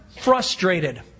frustrated